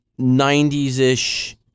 90s-ish